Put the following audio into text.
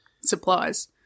supplies